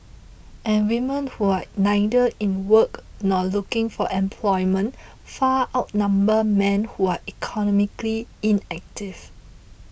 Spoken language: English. and women who are neither in work nor looking for employment far outnumber men who are economically inactive